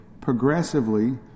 progressively